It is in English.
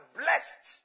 blessed